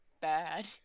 bad